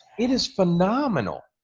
it is phenomenal.